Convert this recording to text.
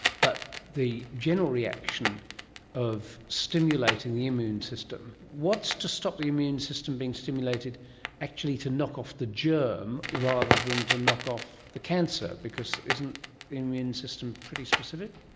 but the general reaction of stimulating the immune system. what's to stop the immune system being stimulated actually to knock off the germ rather than to knock off the cancer, because isn't the immune system pretty specific?